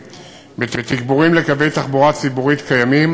בתגבורים לקווי תחבורה ציבורית קיימים